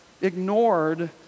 ignored